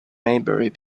maybury